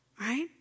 Right